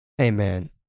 Amen